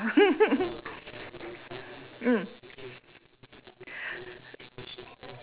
mm